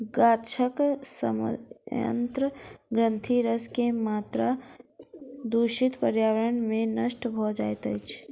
गाछक सयंत्र ग्रंथिरस के मात्रा दूषित पर्यावरण में नष्ट भ जाइत अछि